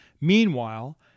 Meanwhile